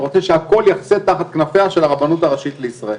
רוצה שהכול יחסה תחת כנפיה של הרבנות הראשית לישראל.